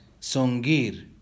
Songir